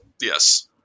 yes